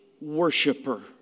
worshiper